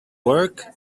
work